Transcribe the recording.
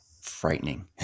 frightening